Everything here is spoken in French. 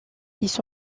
ils